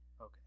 okay